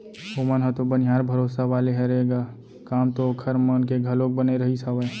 ओमन ह तो बनिहार भरोसा वाले हरे ग काम तो ओखर मन के घलोक बने रहिस हावय